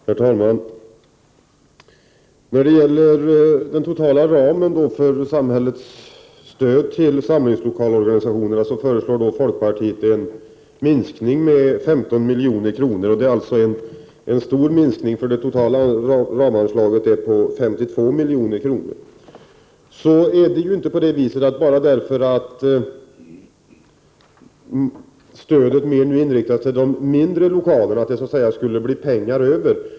Herr talman! Folkpartiet förslår en minskning med 15 milj.kr. av den totala ramen för samhällets stöd till samlingslokalsorganisationerna. Detta är alltså en stor minskning när det totala anslaget är på 52 miljoner. Det är ju inte så att det, bara därför att stödet mera inriktas på de mindre lokalerna, skulle bli pengar över.